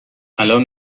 الان